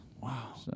Wow